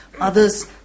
Others